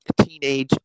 teenage